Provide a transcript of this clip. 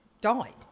died